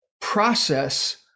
process